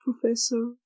professor